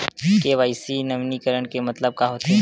KYC नवीनीकरण के मतलब का होथे?